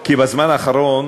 כי בזמן האחרון